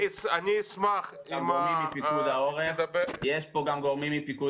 אני אשמח אם --- יש פה גם גורמים מפיקוד